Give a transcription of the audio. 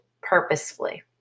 purposefully